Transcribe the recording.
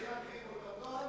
זה אתם מחנכים אותם.